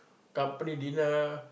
company dinner